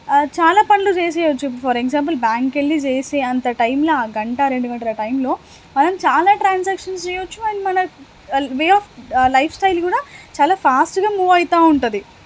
చాలా పనులు చేసెయ్యొచ్చు ఫర్ ఎగ్జాంపుల్ బ్యాంకెళ్ళి చేసే అంత టైంలా ఆ గంటా రెండు గంటల టైంలో మనం చాలా ట్రాన్సాక్షన్స్ చేయొచ్చు అండ్ మన వే ఆఫ్ లైఫ్ స్టైల్ కూడా చాలా ఫాస్ట్గా మూవ్ అవుతూ ఉంటుంది